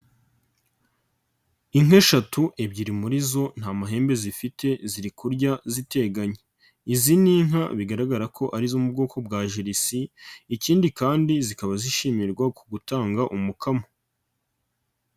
Inka eshatu ebyiri muri zo nta mahembe zifite ziri kurya ziteganye, izi ni inka bigaragara ko arizo mu bwoko bwa jerisi ikindi kandi zikaba zishimirwa ku gutanga umukamo.